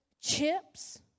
chips